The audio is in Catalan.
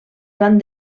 van